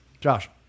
Josh